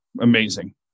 amazing